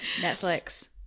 Netflix